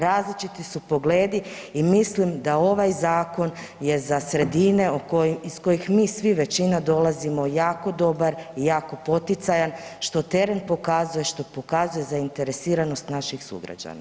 Različiti su pogledi i mislim da ovaj zakon je za sredine iz kojih mi svi većina dolazimo jako dobar i jako poticajan, što teren pokazuje, što pokazuje zainteresiranost naših sugrađana.